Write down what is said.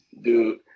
dude